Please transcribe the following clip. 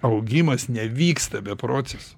augimas nevyksta be proceso